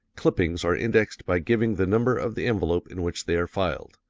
clippings are indexed by giving the number of the envelope in which they are filed.